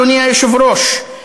אדוני היושב-ראש,